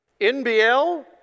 NBL